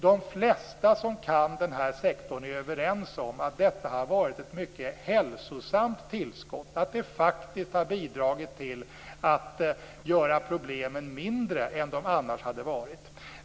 De flesta som kan den här sektorn är överens om att detta har varit ett mycket hälsosamt tillskott. Det har faktiskt bidragit till att göra problemen mindre än de annars skulle ha varit.